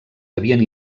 havien